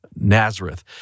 Nazareth